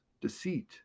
deceit